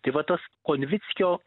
tai va tas konvickio